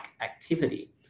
activity